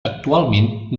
actualment